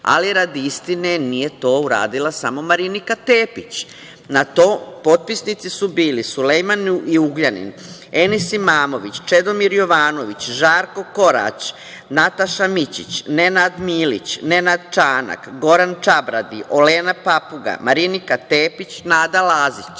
radi istine, nije to uradila samo Marinika Tepić, na to potpisnici su bili: Sulejman Ugljanin, Enis Imamović, Čedomir Jovanović, Žarko Korać, Nataša Mićić, Nenad Milić, Nenad Čanak, Goran Čabradi, Olena Papuga, Marinika Tepić, Nada Lazić. Na